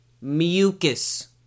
Mucus